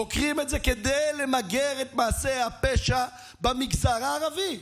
חוקרים את זה כדי למגר את מעשי הפשע במגזר הערבי,